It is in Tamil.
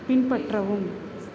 பின்பற்றவும்